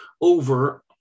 over